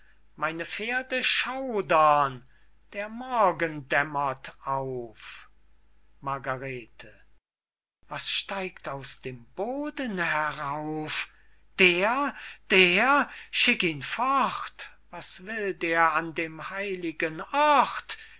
meine pferde schaudern der morgen dämmert auf margarete was steigt aus dem boden herauf der der schicke ihn fort was will der an dem heiligen ort